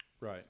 Right